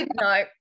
No